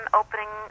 opening